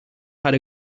had